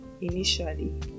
initially